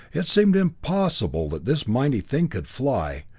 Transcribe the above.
it seemed impossible that this mighty thing could fly,